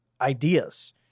ideas